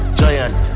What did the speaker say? giant